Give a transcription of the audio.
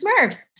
Smurfs